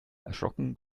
erschrocken